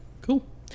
Cool